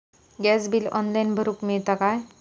Gas bill online भरुक मिळता काय?